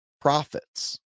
profits